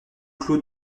clos